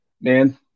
man